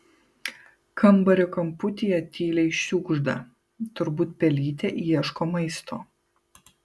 kambario kamputyje tyliai šiugžda turbūt pelytė ieško maisto